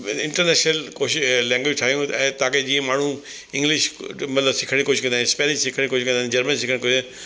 व इंटरनेशनल कोशिशि अ लैंगवेज ठाहियूं ऐं ताकि जीअं माण्हू इंग्लिश मतिलबु सिखण जी कोशिशि कंदा आहियूं स्पैनिश सिखण जी कोशिशि कंदा आहियूं जर्मन सिखण जी कोशिशि कंदा आहियूं